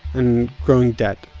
and growing debt.